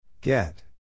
Get